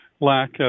lack